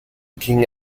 king